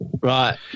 Right